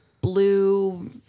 Blue